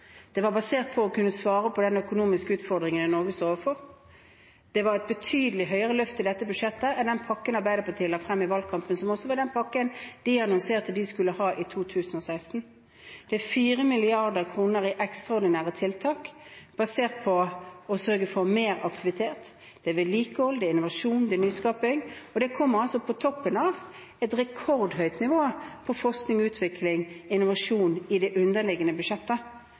Det var basert på å kunne svare på den økonomiske utfordringen Norge står overfor. Det var et betydelig høyere løft i dette budsjettet enn den pakken Arbeiderpartiet la frem i valgkampen, som også var den pakken de annonserte de skulle ha i 2016. Det er 4 mrd. kr i ekstraordinære tiltak basert på å sørge for mer aktivitet, vedlikehold, innovasjon og nyskaping, og det kommer på toppen av et rekordhøyt nivå på forskning, utvikling og innovasjon i det underliggende budsjettet.